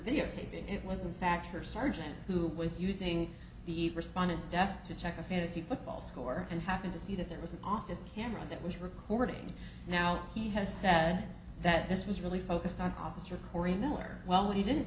videotaping it was in fact her sergeant who was using the respondent desk to check a fantasy football score and happened to see that there was an office camera that was recording now he has said that this was really focused on officer corey miller well he didn't